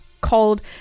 called